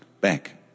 back